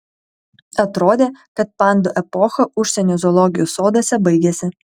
atrodė kad pandų epocha užsienio zoologijos soduose baigėsi